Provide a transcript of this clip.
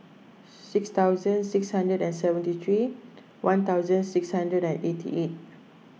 six thousand six hundred and seventy three one thousand six hundred and eighty eight